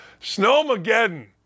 Snowmageddon